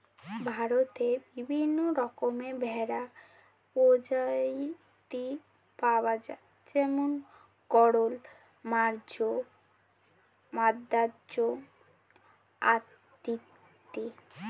ভারতে বিভিন্ন রকমের ভেড়ার প্রজাতি পাওয়া যায় যেমন গরল, মাদ্রাজ অত্যাদি